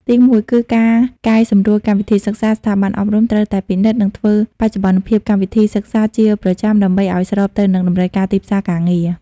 ទីមួយគឺ ការកែសម្រួលកម្មវិធីសិក្សា ស្ថាប័នអប់រំត្រូវតែពិនិត្យ និងធ្វើបច្ចុប្បន្នភាពកម្មវិធីសិក្សាជាប្រចាំដើម្បីឱ្យស្របទៅនឹងតម្រូវការទីផ្សារការងារ។